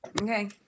Okay